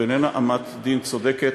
זו איננה אמת דין צודקת,